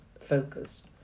focused